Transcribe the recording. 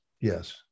Yes